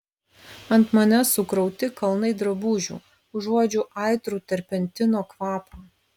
ant manęs sukrauti kalnai drabužių užuodžiu aitrų terpentino kvapą